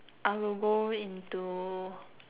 I will go into